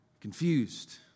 confused